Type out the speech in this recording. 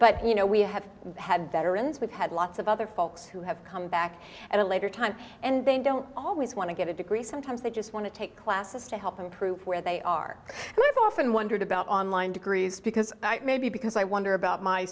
but you know we have had veterans we've had lots of other folks who have come back at a later time and they don't always want to get a degree sometimes they just want to take classes to help improve where they are who have often wondered about online degrees because maybe because i wonder